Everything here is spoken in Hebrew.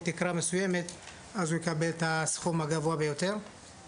תקרה מסוימת אז הוא יקבל את הסכום הגובה ביותר